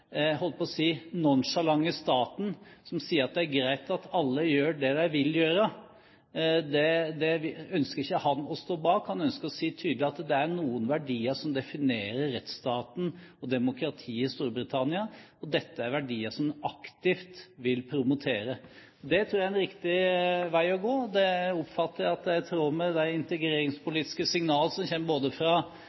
holdt, der han sier veldig tydelig at den nonchalante staten som sier at det er greit at alle gjør det de vil gjøre, ønsker ikke han å stå bak. Han ønsker å si tydelig at det er noen verdier som definerer rettsstaten og demokratiet i Storbritannia, og dette er verdier som han aktivt vil promotere. Det tror jeg er en riktig vei å gå, og det oppfatter jeg er i tråd med de integreringspolitiske signalene som kommer både fra